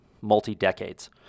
multi-decades